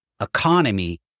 economy